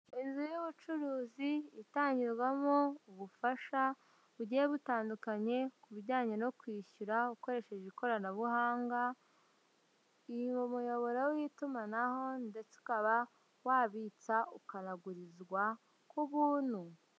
Inzu y'ubucuruzi itangirwamo ubufasha bugiye butandukanye ku bijyanye no kwishyura ukoresheje ikoranabuhanga, umuyoboro w'itumanaho ndetse ukaba wabitsa ukanagurizwa ku buntu.